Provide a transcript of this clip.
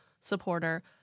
supporter